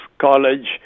college